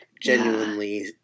genuinely